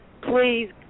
please